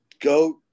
go